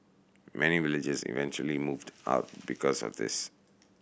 many villagers eventually moved out because of this